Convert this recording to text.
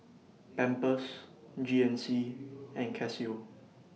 Pampers G N C and Casio